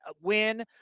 win